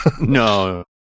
No